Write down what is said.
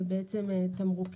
מאפשרים את היציאה של התמרוק